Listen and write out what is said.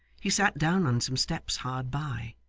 he sat down on some steps hard by,